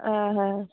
आं हा